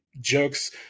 jokes